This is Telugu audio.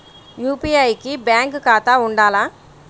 యూ.పీ.ఐ కి బ్యాంక్ ఖాతా ఉండాల?